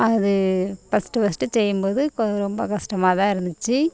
அது first first செய்யும் போது கொ ரொம்ப கஸ்டமாக தான் இருந்துச்சி